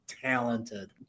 talented